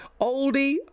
oldie